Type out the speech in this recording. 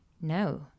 no